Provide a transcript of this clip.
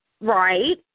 right